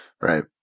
right